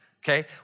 okay